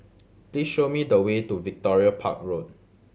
please show me the way to Victoria Park Road